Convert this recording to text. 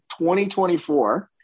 2024